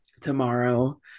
tomorrow